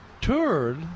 toured